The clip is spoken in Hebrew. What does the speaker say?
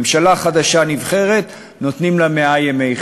ממשלה חדשה נבחרת, נותנים לה מאה ימי חסד.